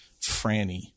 Franny